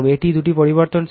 এই দুটি পরিবর্তনশীল